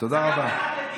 תודה רבה.